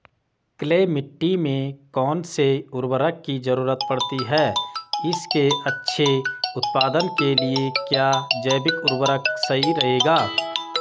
Clay मिट्टी में कौन से उर्वरक की जरूरत पड़ती है इसके अच्छे उत्पादन के लिए क्या जैविक उर्वरक सही रहेगा?